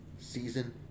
season